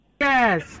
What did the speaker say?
Yes